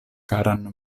karan